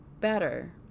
better